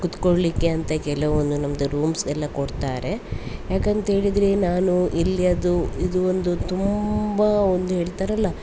ಕುತ್ಕೊಳ್ಲಿಕ್ಕೆ ಅಂತ ಕೆಲವೊಂದು ನಮ್ಮದು ರೂಮ್ಸ್ ಎಲ್ಲ ಕೊಡ್ತಾರೆ ಯಾಕಂತೇಳಿದರೆ ನಾನು ಇಲ್ಲಿ ಅದು ಇದು ಒಂದು ತುಂಬ ಒಂದು ಹೇಳ್ತಾರಲ್ಲ